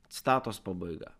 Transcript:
citatos pabaiga